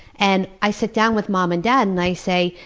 and i sit down with mom and dad and i say,